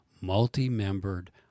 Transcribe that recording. multi-membered